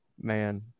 man